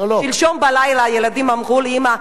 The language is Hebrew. שלשום בלילה הילדים אמרו לי: אמא,